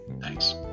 Thanks